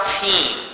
team